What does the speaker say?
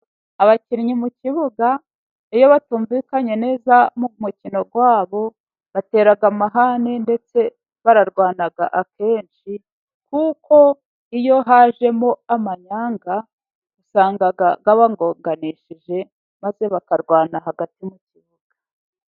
Abakinnyi mu kibuga, iyo batumvikanye neza mu mukino wabo, batera amahane ndetse bararwana akenshi. Kuko iyo hajemo amanyanga, usanga abagonganishije maze bakarwana hagati mu kibuga.